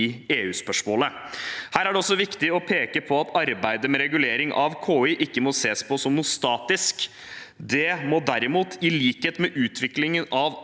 i EU-spørsmålet. Det er også viktig å peke på at arbeidet med regulering av KI ikke må ses på som noe statisk. Det må derimot, i likhet med utviklingen av